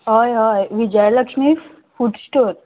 हय हय Vijayalakshmi food store